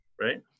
right